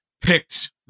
picked